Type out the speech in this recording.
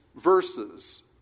verses